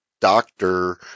doctor